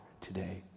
today